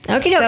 Okay